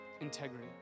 integrity